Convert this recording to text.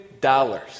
dollars